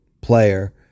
player